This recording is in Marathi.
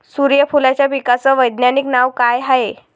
सुर्यफूलाच्या पिकाचं वैज्ञानिक नाव काय हाये?